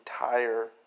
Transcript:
entire